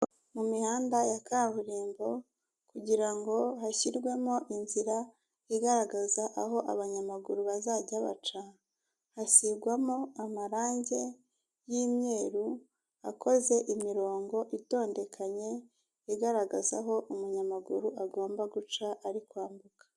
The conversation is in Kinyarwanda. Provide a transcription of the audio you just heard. Mu mihanda ya kaburimbo kugira ngo hashyirwemo inzira igaragaza aho abanyamaguru bazajya baca hashyirwamo amarangi y'imyeru akoze imirongo itondekanye igaragaza aho umunyamaguru agomba guca ari kwambuka.